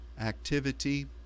activity